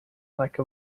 like